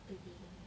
today